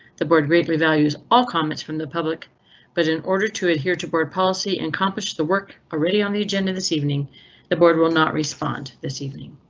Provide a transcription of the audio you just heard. the board greatly values all comments from the public but in order to adhere to board policy and accomplish the work already on the agenda. this evening the board will not respond this evening.